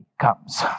comes